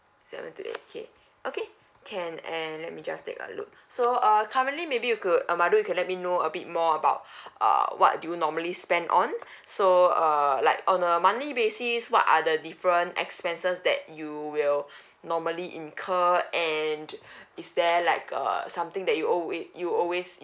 seventy eight K okay can and let me just take a look so uh currently maybe you could err madu you can let me know a bit more about uh what do you normally spend on so err like on a monthly basis what are the different expenses that you will normally incur and is there like err something that you alway~ you always